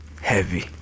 Heavy